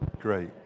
great